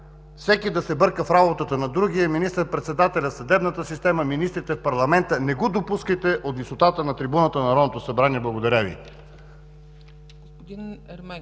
всеки да се бърка в работата на другия, министър-председателя – в съдебната система, министрите – в парламента. Не го допускайте от висотата на трибуната в Народното събрание. Благодаря Ви.